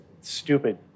stupid